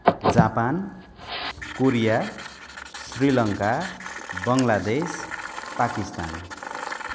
Japan Korea Sri Lanka Bangladesh Pakistan